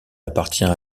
appartient